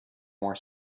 more